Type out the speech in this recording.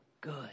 good